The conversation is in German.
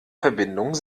verbindung